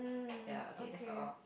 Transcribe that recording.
ya okay that's all